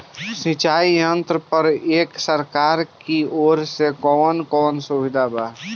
सिंचाई यंत्रन पर एक सरकार की ओर से कवन कवन सुविधा बा?